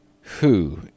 Who